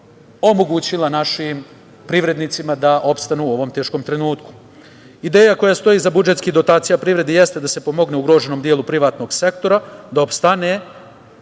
omogućila našim privrednicima da opstanu u ovom teškom trenutku. Ideja koja stoji iza budžetski dotacija privredi jeste da se pomogne ugroženom delu privatnog sektora da opstane,